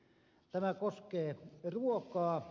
tämä koskee ruokaa